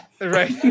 right